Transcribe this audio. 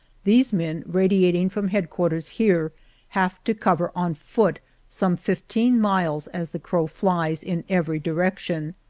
these men radiating from head quarters here have to cover on foot some fifteen miles as the crow flies, in every di rection.